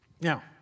Now